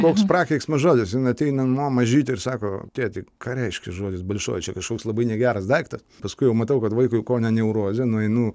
koks prakeiksmas žodis ateina man mažytė ir sako tėti ką reiškia žodis balšoj čia kažkoks labai negeras daiktas paskui jau matau kad vaikui kone neurozė nueinu